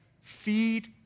feed